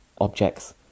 objects